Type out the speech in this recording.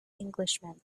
englishman